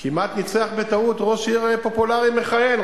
כמעט ניצח בטעות ראש עיר פופולרי מכהן,